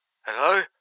Hello